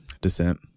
descent